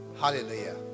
hallelujah